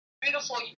beautiful